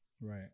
Right